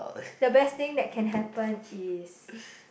the best thing that can happen is